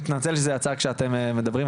אני מתנצל שזה יצא כשאתם מדברים,